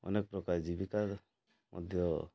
ଅନେକ ପ୍ରକାର ଜୀବିକା ମଧ୍ୟ